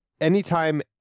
Anytime